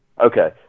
Okay